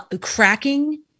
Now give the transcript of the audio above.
cracking